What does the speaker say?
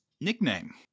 Nickname